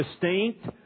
distinct